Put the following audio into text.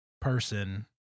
person